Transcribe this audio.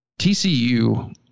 TCU